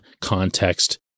context